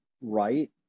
right